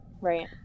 right